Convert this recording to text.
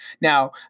Now